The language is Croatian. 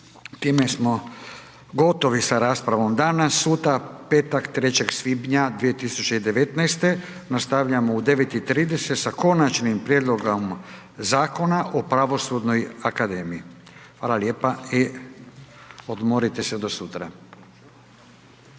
Time smo gotovi sa raspravom danas, sutra, petak, 03. svibnja 2019., nastavljamo u 09,30 sa Konačnim prijedlogom Zakona o pravosudnoj akademiji. Hvala lijepa i odmorite se do sutra.